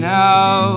now